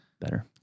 better